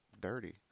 dirty